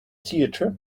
theatres